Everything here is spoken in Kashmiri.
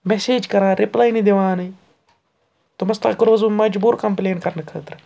مٮ۪سیج کَران رِپلَے نہٕ دِوانٕے دوٚپمَس تۄہہِ کوٚرووس بہٕ مجبوٗر کَمپٕلین کَرنہٕ خٲطرٕ